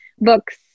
books